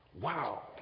Wow